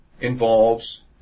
involves